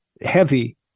heavy